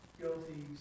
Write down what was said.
guilty